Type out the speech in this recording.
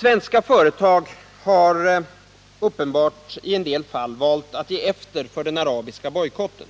Svenska företag har uppenbarligen i en del fall valt att ge efter för den arabiska bojkotten,